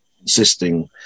insisting